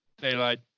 Daylight